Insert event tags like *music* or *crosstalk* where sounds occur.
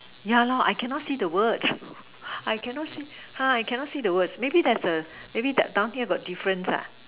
yeah lor I cannot see the words *breath* I cannot see ah I cannot see the words maybe there's a maybe that down things got difference ah